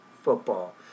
football